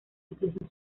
incluso